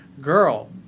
girl